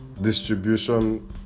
Distribution